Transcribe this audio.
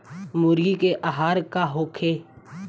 मुर्गी के आहार का होखे?